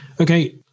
Okay